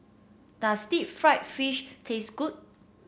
does Deep Fried Fish taste good